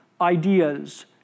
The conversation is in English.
ideas